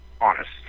honest